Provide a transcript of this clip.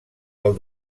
del